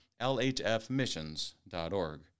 lhfmissions.org